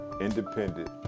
independent